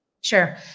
Sure